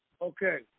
Okay